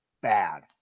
bad